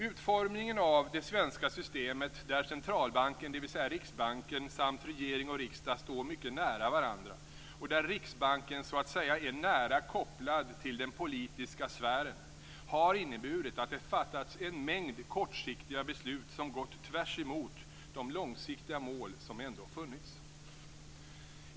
Utformningen av det svenska systemet där centralbanken, dvs. Riksbanken, samt regering och riksdag står mycket nära varandra, och där Riksbanken så att säga är nära kopplad till den partipolitiska sfären, har inneburit att det fattats en mängd kortsiktiga beslut som gått tvärs emot de långsiktiga mål som ändå funnits.